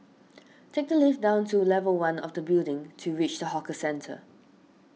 take the lift down to level one of the building to reach the hawker centre